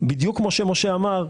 בדיוק כמו שמשה אמר,